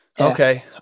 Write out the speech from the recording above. okay